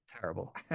Terrible